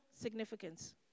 significance